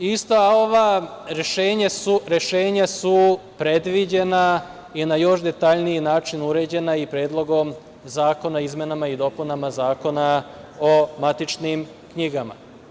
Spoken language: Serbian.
Ista ova rešenja su predviđena i na još detaljniji način uređena i Predlogom zakona o izmenama i dopunama Zakona o matičnim knjigama.